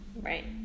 right